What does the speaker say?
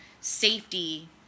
safety